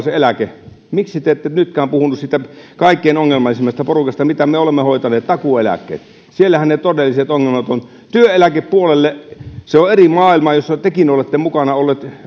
se eläke miksi te ette nytkään puhuneet siitä kaikkein ongelmallisimmasta porukasta mitä me olemme hoitaneet takuu eläkkeet siellähän ne todelliset ongelmat ovat työeläkepuoli on eri maailma jossa tekin olette mukana olleet